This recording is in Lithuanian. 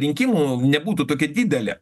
rinkimų nebūtų tokia didelė